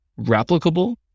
replicable